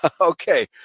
Okay